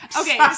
okay